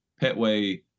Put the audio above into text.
Petway